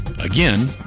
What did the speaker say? Again